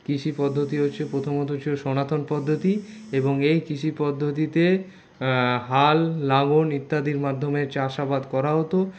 কৃষি পদ্ধতি হচ্ছে প্রথমত হচ্ছে সনাতন পদ্ধতি এবং এই কৃষি পদ্ধতিতে হাল লাঙল ইত্যাদির মাধ্যমে চাষাবাদ করা হতো